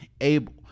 able